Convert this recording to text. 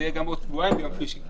זה יהיה גם בעוד שבועיים ביום שלישי כי